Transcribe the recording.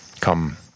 come